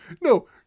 No